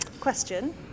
Question